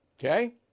okay